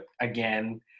again